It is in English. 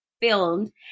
filmed